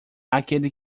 aquele